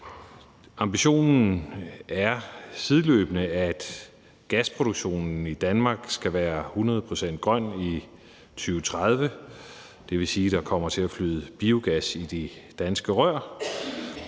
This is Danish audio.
Ambitionen er sideløbende, at gasproduktionen i Danmark skal være 100 pct. grøn i 2030. Det vil sige, at der kommer til at flyde biogas i de danske rør.